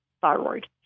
thyroid